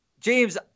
James